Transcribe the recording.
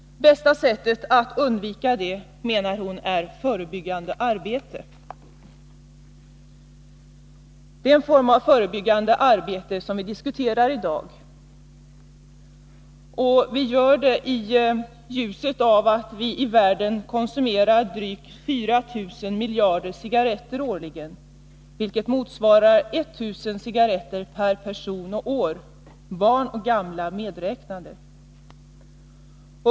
Bästa sättet att undvika detta är enligt Barbro Westerholm förebyggande arbete. Det är en form av förebyggande arbete som vi i dag diskuterar. Vi gör det i ljuset av att vi i världen årligen konsumerar drygt 4 000 miljarder cigaretter, vilket motsvarar 1000 cigaretter per person och år, barn och gamla medräknade.